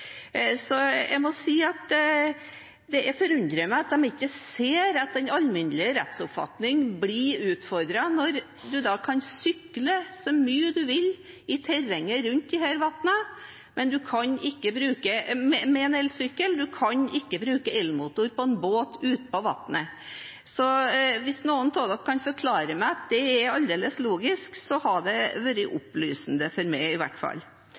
ikke ser at den alminnelige rettsoppfatning blir utfordret når man kan sykle så mye man vil med elsykkel i terrenget rundt disse vannene, men man kan ikke bruke elmotor på en båt ute på vannet. Hvis noen kan forklare meg at det er aldeles logisk, hadde det vært opplysende for meg i hvert fall.